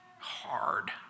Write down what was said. hard